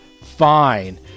fine